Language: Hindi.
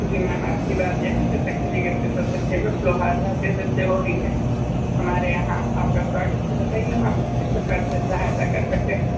जी मैम आप की बात यहाँ के शक्तिनगर के सब से फेमस लोहार राजेंद्र से हो रही है हमारे यहाँ आप का स्वागत है बताइए हम आप की किस प्रकार से सहायता कर सकते हैं